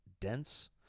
dense